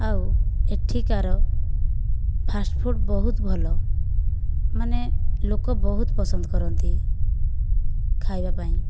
ଆଉ ଏଠିକାର ଫାଷ୍ଟଫୁଡ଼ ବହୁତ ଭଲ ମାନେ ଲୋକ ବହୁତ ପସନ୍ଦ କରନ୍ତି ଖାଇବାପାଇଁ